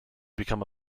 become